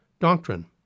doctrine